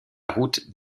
route